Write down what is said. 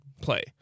play